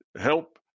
help